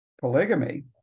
polygamy